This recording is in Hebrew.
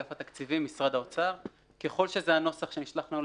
בהיעדר נציג של אגף התקציבים במשרד האוצר אנחנו מבקשים מספר ימים